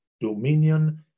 dominion